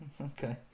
okay